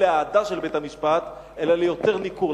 לאהדה אל בית-המשפט אלא ליותר ניכור.